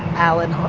alan,